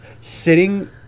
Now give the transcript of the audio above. sitting